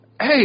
Hey